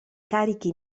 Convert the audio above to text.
carichi